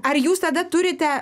ar jūs tada turite